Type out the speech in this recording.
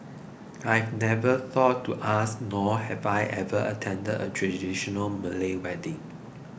I had never thought to ask nor had I ever attended a traditional Malay wedding